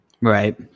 Right